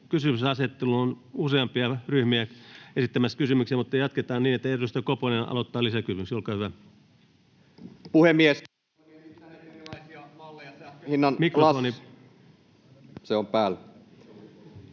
kysymyksenasetteluun on useampia ryhmiä esittämässä kysymyksiä. Mutta jatketaan niin, että edustaja Koponen aloittaa lisäkysymyksellä. — Olkaa hyvä.